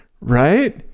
Right